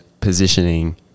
positioning